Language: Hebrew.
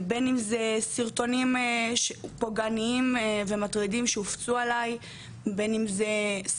בין אם זה סרטונים באורך שמונה עשרה דקות שמועלים לרשת ומדברים על גופי,